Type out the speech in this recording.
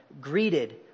greeted